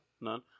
None